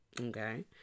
okay